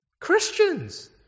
Christians